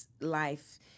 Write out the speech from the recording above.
life